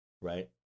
right